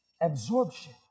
absorption